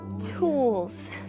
tools